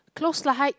close the hype